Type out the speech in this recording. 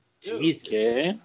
Jesus